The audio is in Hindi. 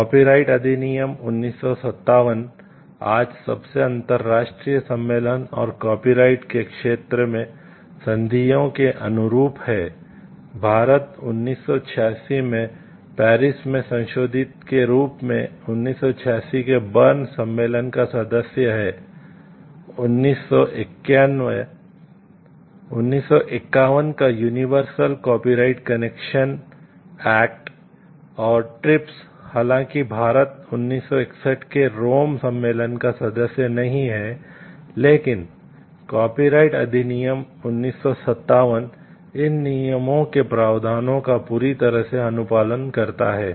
कॉपीराइट अधिनियम 1957 इन नियमों के प्रावधानों का पूरी तरह से अनुपालन करता है